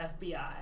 FBI